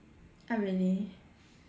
ah really